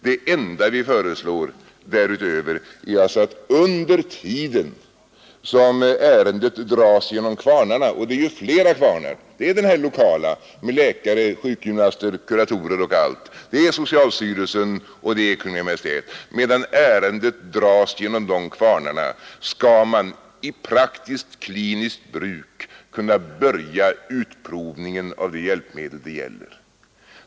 Det enda vi föreslår därutöver är alltså att under tiden som ärendet dras genom kvarnarna — och det är ju flera kvarnar, det är det lokala med läkare, sjukgymnaster, kuratorer och allt, det är socialstyrelsen och det är Kungl. Maj:t — skall man i praktiskt kliniskt bruk kunna börja utprovningen av det hjälpmedel det gäller.